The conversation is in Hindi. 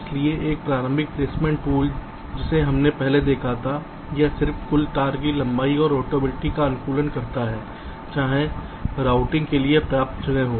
इसलिए एक पारंपरिक प्लेसमेंट टूल जिसे हमने पहले देखा है यह सिर्फ कुल तार की लंबाई और रौटबिलिटी का अनुकूलन करता है चाहे राउटिंग के लिए पर्याप्त जगह हो